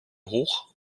hoch